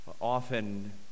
often